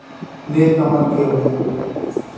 नील कमल के हुए